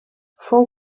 fou